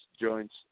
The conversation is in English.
joints